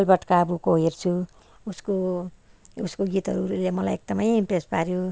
अलबर्ट काबुको हेर्छु उसको उसको गीतहरूले मलाई एकदमै इम्प्रेस पाऱ्यो